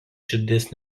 širdies